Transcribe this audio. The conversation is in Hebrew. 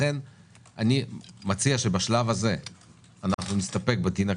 לכן אני מציע שבשלב הזה נסתפק בדין הכללי.